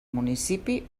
municipi